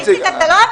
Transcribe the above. לא.